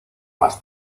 más